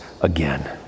again